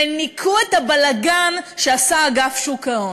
וניקו את הבלגן שעשה אגף שוק ההון.